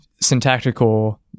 syntactical